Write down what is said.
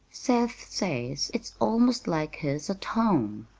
seth says it's almost like his at home.